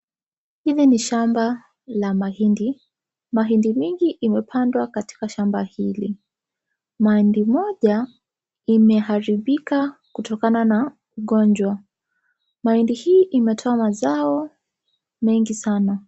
Hili ni shamba la mahindi. Mahindi mingi imepandwa katika shamba hili. Mahindi moja imeharibika kutokana na ugonjwa. Mahindi hii imetoa mazao mengi sana.